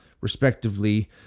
respectively